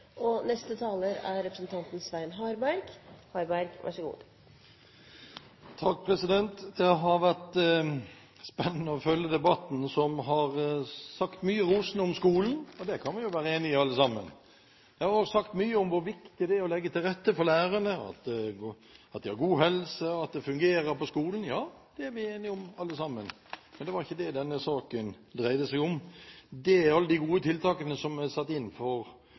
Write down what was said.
og å rekruttere en del av dem som har valgt seg andre yrker. Replikkordskiftet er omme. De talere som heretter får ordet, får en taletid på inntil 3 minutter. Det har vært spennende å følge debatten. Det er sagt mye rosende om skolen – og det kan vi jo være enig i alle sammen. Det er også sagt mye om hvor viktig det er å legge til rette for lærerne, at de har god helse, og at det fungerer på skolen. Ja, det er vi enige om alle sammen. Men denne saken dreier seg ikke om alle de gode tiltakene som er satt